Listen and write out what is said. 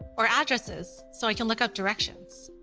or addresses, so i can look up directions.